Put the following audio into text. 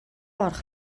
орох